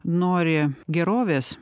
nori gerovės